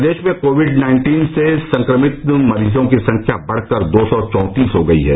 प्रदेश में covid nineteen से संक्रमित मरीजों की संख्या बढ़कर दो सौ चौंतीस हो गई है